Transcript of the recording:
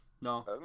No